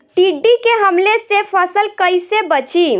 टिड्डी के हमले से फसल कइसे बची?